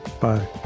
Bye